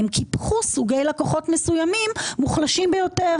הם קיפחו סוגי לקוחות מסוימים מוחלשים ביותר.